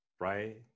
Right